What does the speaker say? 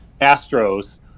astros